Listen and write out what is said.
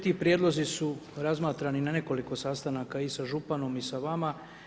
Svi ti prijedlozi su razmatrani na nekoliko sastanaka i sa županom i sa vama.